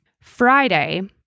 Friday